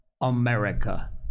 America